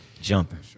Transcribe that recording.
Jumping